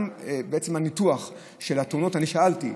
גם הניתוח של התאונות, אני שאלתי: